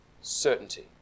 certainty